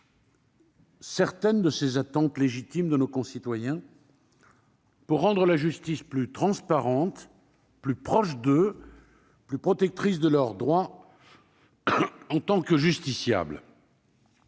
certaines des attentes légitimes de nos concitoyens pour rendre la justice plus transparente, plus proche d'eux et plus protectrice de leurs droits en tant que justiciables.